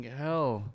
hell